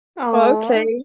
Okay